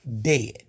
dead